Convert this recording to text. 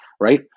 right